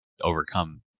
overcome